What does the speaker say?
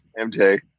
mj